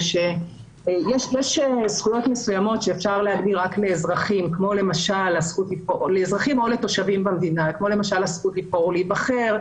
יש זכויות שאפשר להגדיר רק לאזרחים כמו הזכות להיבחר ולהיבחר,